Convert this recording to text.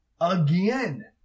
again